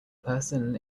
person